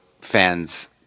fans